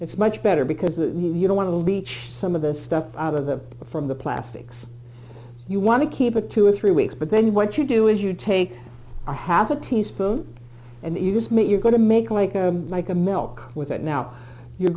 it's much better because you know one of the beach some of the stuff out of the from the plastics you want to keep it two or three weeks but then what you do is you take a happen teaspoon and you just met you're going to make like a like a milk with it now you're